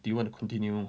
do you want to continue